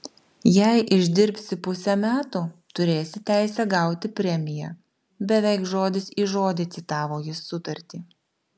jei išdirbsi pusę metų turėsi teisę gauti premiją beveik žodis į žodį citavo jis sutartį